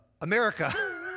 America